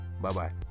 bye-bye